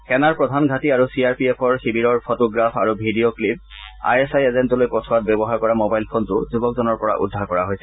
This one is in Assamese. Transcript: সেনাৰ প্ৰধান ঘাটি আৰু চি আৰ পি এফৰ শিবিৰৰ ফটোগ্ৰাফ আৰু video clip I S I এজেণ্টলৈ পঠোৱাত ব্যৱহাৰ কৰা ম'বাইল ফোনটো যুৱকজনৰ পৰা উদ্ধাৰ কৰা হৈছে